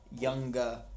younger